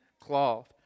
cloth